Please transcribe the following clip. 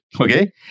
Okay